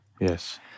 Yes